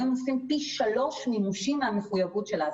היום הם עושים פי שלושה מימושים מהמחויבות שלהם.